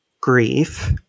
grief